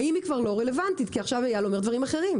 האם היא כבר לא רלוונטית כי עכשיו אייל אומר דברים אחרים.